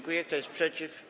Kto jest przeciw?